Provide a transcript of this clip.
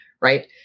Right